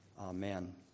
Amen